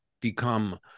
become